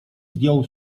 zdjął